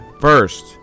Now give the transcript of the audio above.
First